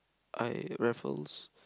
I Raffles